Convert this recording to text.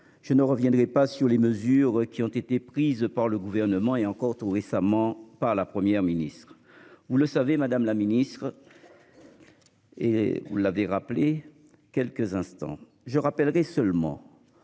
Je ne reviendrai pas sur les mesures qui ont été prises par le gouvernement et encore tout récemment par la Première ministre, vous le savez madame la ministre. Et vous l'avez rappelé quelques instants je rappellerai seulement.